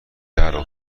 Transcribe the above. درو